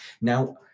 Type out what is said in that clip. Now